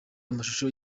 amashusho